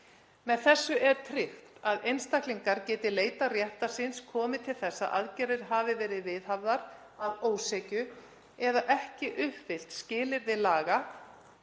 Með þessu er tryggt að einstaklingar geti leitað réttar síns komi til þess að aðgerðir hafi verið viðhafðar að ósekju eða ekki uppfyllt skilyrði laga